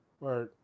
right